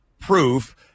proof